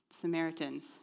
Samaritans